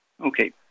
Okay